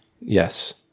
Yes